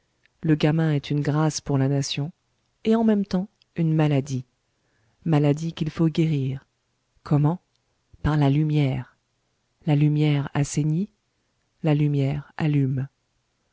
le gamin est une grâce pour la nation et en même temps une maladie maladie qu'il faut guérir comment par la lumière la lumière assainit la lumière allume